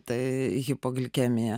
tai hipoglikemija